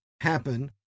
happen